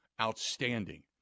outstanding